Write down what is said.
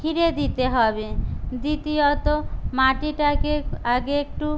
ঘিরে দিতে হবে দ্বিতীয়ত মাটিটাকে আগে একটু